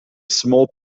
small